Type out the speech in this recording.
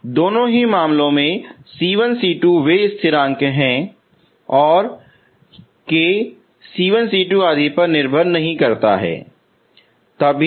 दोनों ही मामले c1c2 वे स्थिरांक हैं और यह k c1 c2 आदि पर निर्भर नहीं है सभी cns 0 हैं